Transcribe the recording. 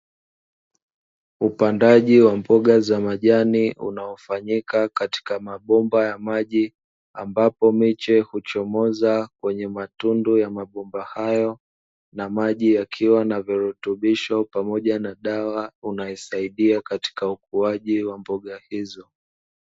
Upandaji wa mboga za majani unaofanyika katika mabomba ya maji ambapo miche, huchomoza kwenye matundu ya mabomba hayo na maji yakiwa na virutubisho pamoja na dawa inayosaidia katika ukuaji wa mboga hizo.